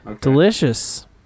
Delicious